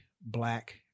black